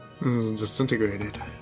disintegrated